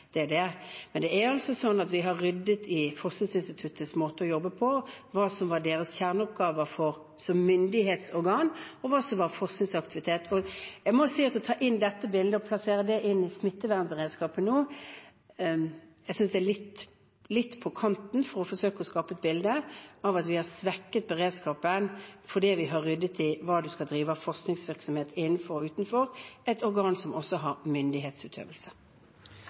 det for å håndtere dette. Vi har ryddet i Folkehelseinstituttets måte å jobbe på – hva som var deres kjerneoppgaver som myndighetsorgan, og hva som var forskningsaktivitet. Jeg må si at jeg synes det er litt på kanten å ta inn dette bildet og plassere det inn i smittevernberedskapen nå for å forsøke å skape et bilde av at vi har svekket beredskapen fordi vi har ryddet i hva FHI skal drive av forskningsvirksomhet innenfor og utenfor – et organ som også har myndighetsutøvelse.